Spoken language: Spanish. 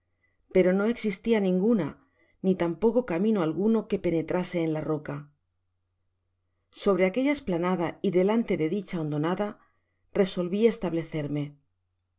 pero no existia ninguna ni tampoco camino alguno que penetrase en la roca sobre aquella esplanada y delante de dicha hondonada resolvi establecerme